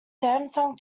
samsung